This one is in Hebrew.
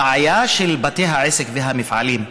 הבעיה של בתי העסק והמפעלים,